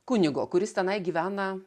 kunigo kuris tenai gyvena